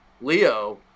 Leo